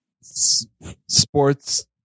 sports